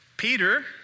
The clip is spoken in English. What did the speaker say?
Peter